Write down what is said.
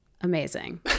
Amazing